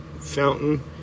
fountain